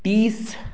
तीस